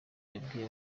yabwiye